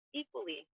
equally